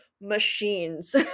machines